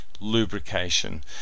lubrication